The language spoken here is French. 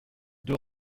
deux